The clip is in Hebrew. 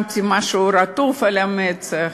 שמתי משהו רטוב על המצח.